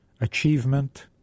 achievement